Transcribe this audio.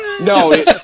No